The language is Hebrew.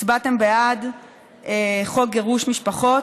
הצבעתם בעד חוק גירוש משפחות.